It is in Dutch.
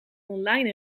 online